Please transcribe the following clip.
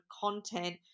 content